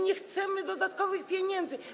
Nie chcemy dodatkowych pieniędzy.